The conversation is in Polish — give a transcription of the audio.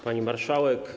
Pani Marszałek!